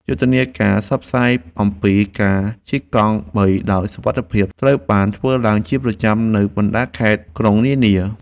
យុទ្ធនាការផ្សព្វផ្សាយអំពីការជិះកង់បីដោយសុវត្ថិភាពត្រូវបានធ្វើឡើងជាប្រចាំនៅតាមបណ្ដាខេត្តក្រុងនានា។